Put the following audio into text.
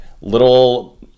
little